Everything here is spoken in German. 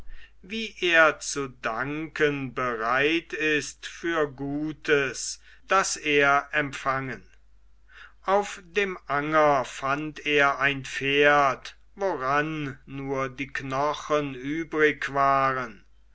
wie er zu danken bereit ist für gutes das er empfangen auf dem anger fand er ein pferd woran nur die knochen übrig waren